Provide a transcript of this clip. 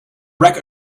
wreck